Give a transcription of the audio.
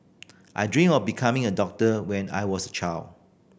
I dreamt of becoming a doctor when I was a child